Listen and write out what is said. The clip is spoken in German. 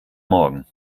morgen